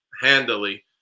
handily